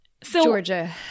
Georgia